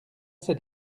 c’est